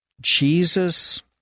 Jesus